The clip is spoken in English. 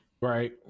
right